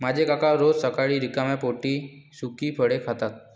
माझे काका रोज सकाळी रिकाम्या पोटी सुकी फळे खातात